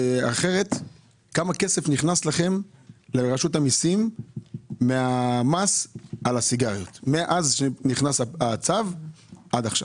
כמה כסף נכנס לרשות המסים מהמס על הסיגריות מאז שנכנס הצו עד עכשיו?